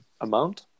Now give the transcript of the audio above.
amount